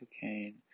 cocaine